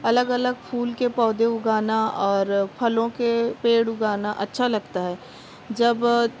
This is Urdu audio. الگ الگ پھول کے پودے اگانا اور پھلوں کے پیڑ اگانا اچھا لگتا ہے جب